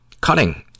Cutting